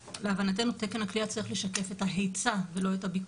שלהבנתנו תקן הכליאה צריך לשקף את ההצע ולא את הביקוש.